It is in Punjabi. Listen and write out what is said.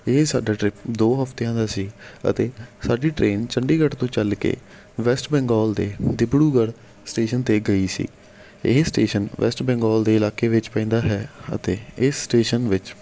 ਇਹ ਸਾਡਾ ਟਰਿਪ ਦੋ ਹਫ਼ਤਿਆਂ ਦਾ ਸੀ ਅਤੇ ਸਾਡੀ ਟ੍ਰੇਨ ਚੰਡੀਗੜ੍ਹ ਤੋਂ ਚੱਲ ਕੇ ਵੈਸਟ ਬੰਗਾਲ ਦੇ ਦਿਬੜੂਗੜ੍ਹ ਸਟੇਸ਼ਨ 'ਤੇ ਗਈ ਸੀ ਇਹ ਸਟੇਸ਼ਨ ਵੈਸਟ ਬੰਗਾਲ ਦੇ ਇਲਾਕੇ ਵਿੱਚ ਪੈਂਦਾ ਹੈ ਅਤੇ ਇਸ ਸਟੇਸ਼ਨ ਵਿੱਚ